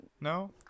no